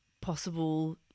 possible